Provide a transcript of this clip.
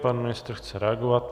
Pan ministr chce reagovat.